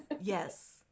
yes